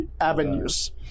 avenues